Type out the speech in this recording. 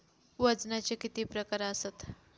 वजनाचे किती प्रकार आसत?